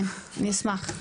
כן אני אשמח.